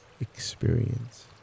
experience